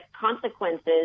consequences